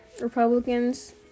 Republicans